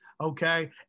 okay